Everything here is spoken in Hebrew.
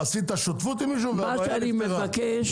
עשית שותפות עם מישהו והבעיה נפתרה.